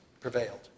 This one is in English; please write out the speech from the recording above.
prevailed